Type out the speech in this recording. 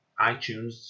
iTunes